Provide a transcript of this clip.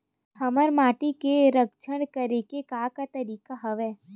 हमर माटी के संरक्षण करेके का का तरीका हवय?